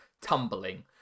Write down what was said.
tumbling